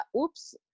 oops